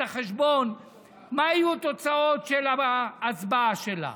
החשבון מה יהיו התוצאות של ההצבעה שלה.